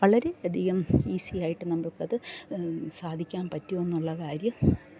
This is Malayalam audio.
വളരെ അധികം ഈസിയായിട്ട് നമുക്കത് സാധിക്കാൻ പറ്റുമെന്നുള്ള കാര്യം